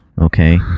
okay